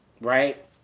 right